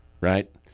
right